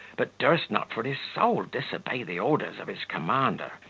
but durst not for his soul disobey the orders of his commander,